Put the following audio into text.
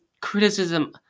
criticism